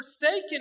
forsaken